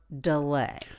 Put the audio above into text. delay